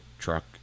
truck